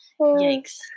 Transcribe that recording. yikes